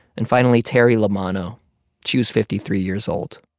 and finally, terri lamanno she was fifty three years old.